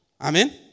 Amen